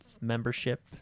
membership